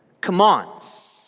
commands